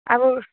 अब